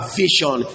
vision